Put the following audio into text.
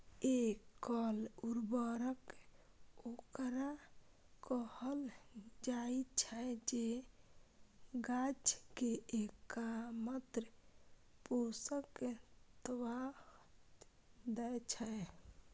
एकल उर्वरक ओकरा कहल जाइ छै, जे गाछ कें एकमात्र पोषक तत्व दै छै